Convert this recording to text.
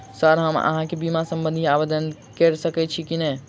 Sir हम अहाँ केँ बीमा संबधी आवेदन कैर सकै छी नै?